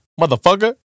Motherfucker